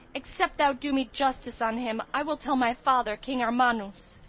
except thou do me justice on him i will tell my father, king armanus.